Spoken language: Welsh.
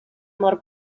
mor